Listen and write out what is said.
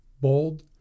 bold